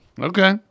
Okay